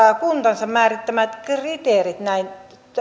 kuntansa määrittämät kriteerit näin